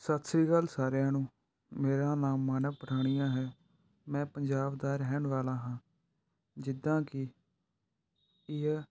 ਸਤਿ ਸ਼੍ਰੀ ਅਕਾਲ ਸਾਰਿਆਂ ਨੂੰ ਮੇਰਾ ਨਾਮ ਮਾਨਵ ਪਠਾਨੀਆ ਹੈ ਮੈਂ ਪੰਜਾਬ ਦਾ ਰਹਿਣ ਵਾਲਾ ਹਾਂ ਜਿੱਦਾਂ ਕਿ ਇਹ